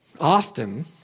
Often